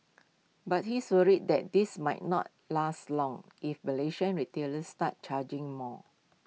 but he's worried that this might not last long if Malaysian retailers start charging more